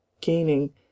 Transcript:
gaining